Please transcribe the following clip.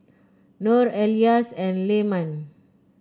Nor Elyas and Leman